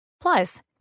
Plus